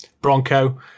bronco